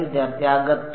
വിദ്യാർത്ഥി അകത്ത്